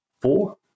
Four